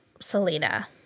Selena